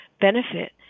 benefit